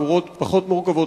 עבירות פחות מורכבות,